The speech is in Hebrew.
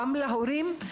גם להורים,